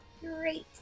Great